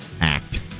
act